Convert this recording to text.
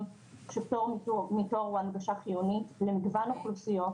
שפטור מתור הוא הנגשה חיונית למגוון אוכלוסיות,